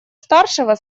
старшего